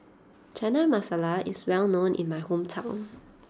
Chana Masala is well known in my hometown